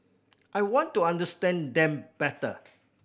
I want to understand them better